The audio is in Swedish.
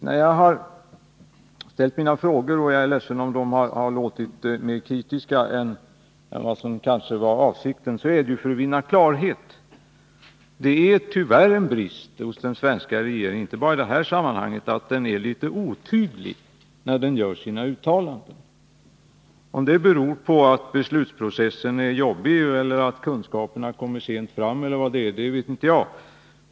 När jag har ställt mina frågor — jag är ledsen om de har låtit mer kritiska än vad som kanske var avsikten — är det för att vinna klarhet. Det är tyvärr en brist hos den svenska regeringen, inte bara i det här sammanhanget, att den är litet otydlig i sina uttalanden. Om det beror på att beslutsprocessen är jobbig eller på att kunskaperna kommer sent fram eller på någonting annat vet inte jag.